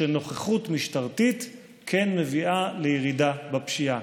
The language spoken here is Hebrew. שנוכחות משטרתית כן מביאה לירידה בפשיעה.